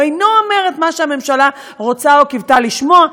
הוא אינו אומר את מה שהממשלה רוצה או קיוותה לשמוע.